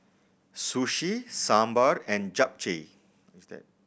Sushi Sambar and Japchae